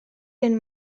dan